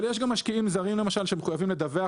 אבל יש משקיעים זרים שמחויבים לדווח